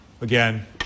again